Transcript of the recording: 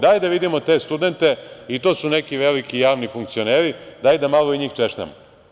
Daj da vidimo te studente, i to su neki veliki javni funkcioneri, daj da malo i njih češljamo.